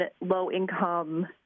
low-income